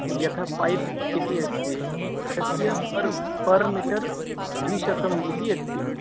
यथा पैप् इति अस्ति तस्य पर् पर् मिटर् द्विशतम् इति अस्ति